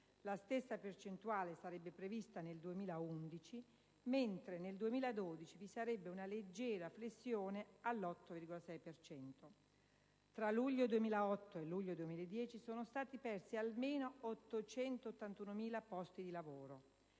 La stessa percentuale sarebbe prevista nel 2011, mentre nel 2012 vi sarebbe una leggera flessione all'8,6 per cento. Tra luglio 2008 e luglio 2010 sono stati persi almeno 881.000 posti di lavoro.